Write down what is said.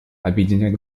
объединяет